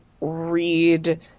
read